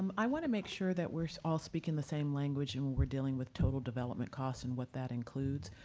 i want to make sure that we're so all speaking the same language and when we're dealing with total development cost and what that includes.